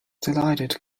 delighted